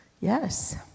Yes